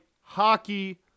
Hockey